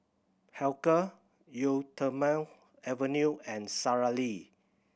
Hilker Eau Thermale Avene and Sara Lee